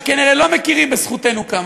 שכנראה לא מכירים בזכותנו כאן,